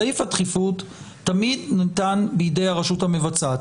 סעיף הדחיפות תמיד ניתן בידי הרשות המבצעת.